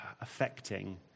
affecting